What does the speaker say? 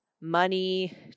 money